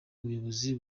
ubuyobozi